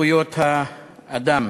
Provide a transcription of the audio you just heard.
זכויות האדם.